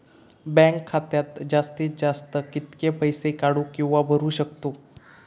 Bank खात्यात जास्तीत जास्त कितके पैसे काढू किव्हा भरू शकतो?